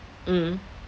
mm